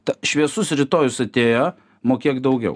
šviesus rytojus atėjo mokėk daugiau